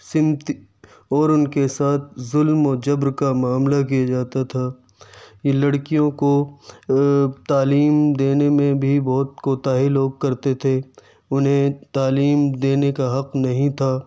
صنفی اور ان کے ساتھ ظلم و جبر کا معاملہ کیا جاتا تھا یہ لڑکیوں کو تعلیم دینے میں بھی بہت کوتاہی لوگ کرتے تھے انہیں تعلیم دینے کا حق نہیں تھا